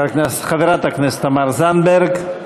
חברת הכנסת תמר זנדברג.